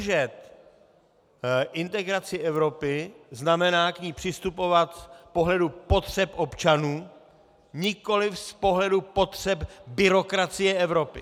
Udržet integraci Evropy znamená k ní přistupovat z pohledu potřeb občanů, nikoliv z pohledu potřeb byrokracie Evropy.